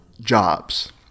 jobs